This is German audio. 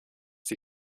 die